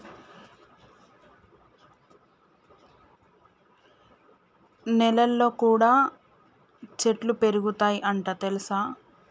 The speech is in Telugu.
నెలల్లో కూడా చెట్లు పెరుగుతయ్ అంట తెల్సా